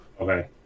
Okay